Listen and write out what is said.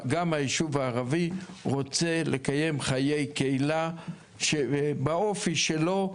גם הישוב הערבי רוצה לקיים חיי קהילה שבאופי שלו.